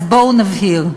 אז בואו נבהיר: